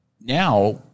now